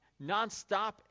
nonstop